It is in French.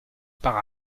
par